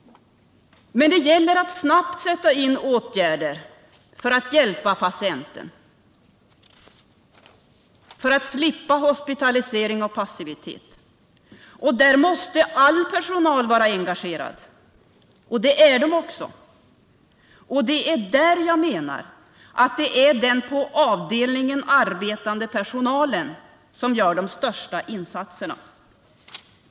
Men det gäller att snabbt sätta in åtgärder till hjälp för patienten för att slippa hospitalisering och passivitet. Där måste all personal vara engagerad, och det är den också. Det är i det avseendet jag menar att det är den på avdelningen arbetande personalen som gör de största insatserna.